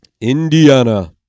Indiana